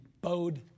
bowed